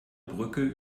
brücke